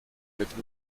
mit